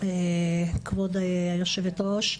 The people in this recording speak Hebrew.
כבוד היו"ר.